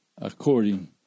according